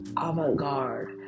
avant-garde